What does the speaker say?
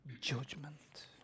judgment